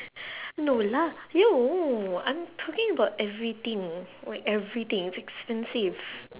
no lah no I'm talking about everything like everything it's expensive